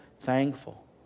thankful